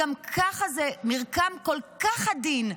גם ככה זה מרקם כל כך עדין,